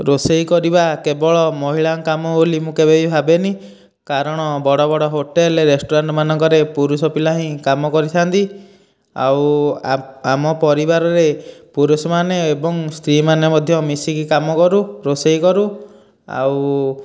ରୋଷେଇ କରିବା କେବଳ ମହିଳାଙ୍କ କାମ ବୋଲି ମୁଁ କେବେ ବି ଭାବେନି କାରଣ ବଡ଼ ବଡ଼ ହୋଟେଲ ରେଷ୍ଟୁରାଣ୍ଟ ମାନଙ୍କରେ ପୁରୁଷ ପିଲା ହିଁ କାମ କରିଥାନ୍ତି ଆଉ ଆମ ପରିବାରରେ ପୁରୁଷ ମାନେ ଏବଂ ସ୍ତ୍ରୀ ମାନେ ମଧ୍ୟ ମିଶିକି କାମ କରୁ ରୋଷେଇ କରୁ ଆଉ